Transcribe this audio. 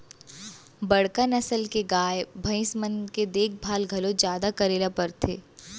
बड़का नसल के गाय, भईंस मन के देखभाल घलौ जादा करे ल परथे